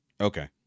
okay